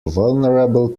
vulnerable